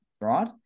right